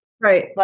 Right